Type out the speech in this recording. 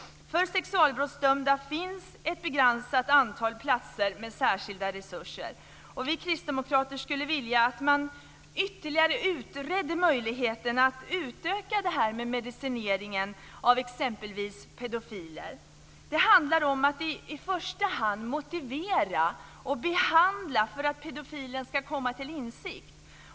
För sexualbrottsdömda finns ett begränsat antal platser med särskilda resurser. Vi kristdemokrater skulle vilja att man ytterligare utredde möjligheten att utöka medicineringen av t.ex. pedofiler. Det handlar om att i första hand motivera och behandla pedofilen för att han eller hon ska komma till insikt.